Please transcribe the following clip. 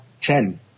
ten